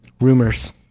Rumors